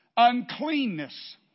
uncleanness